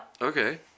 Okay